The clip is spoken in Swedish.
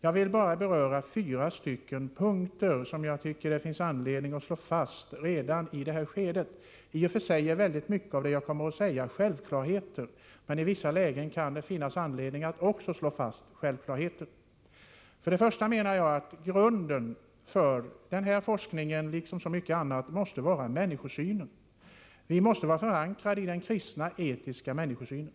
Jag vill bara beröra fyra punkter, som jag tycker det finns anledning att slå fast redan i detta skede. I och för sig är mycket av det jag kommer att säga självklarheter, men i vissa lägen kan det faktiskt finnas anledning att slå fast även självklarheter. Först och främst måste grunden för denna forskning, liksom för så mycket annat, vara människosynen. Vi måste vara förankrade i den kristna etiska människosynen.